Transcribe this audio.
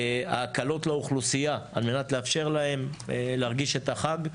ההקלות לאוכלוסייה על מנת לאפשר להם להרגיש את החג.